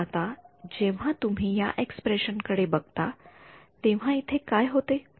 पण आता जेव्हा तुम्ही या एक्स्प्रेशन कडे बघता तेव्हा इथे काय होते